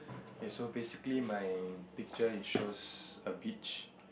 okay so basically my picture it shows a beach